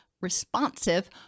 responsive